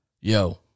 Yo